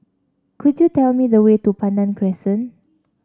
could you tell me the way to Pandan Crescent